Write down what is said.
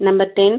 number ten